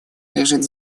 лежит